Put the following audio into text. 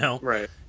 Right